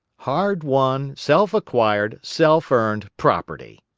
hard-won, self-acquired, self-earned property!